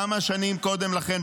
גם כמה שנים קודם לכן,